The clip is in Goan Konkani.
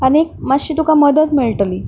आनीक मातशी तुका मदत मेळटली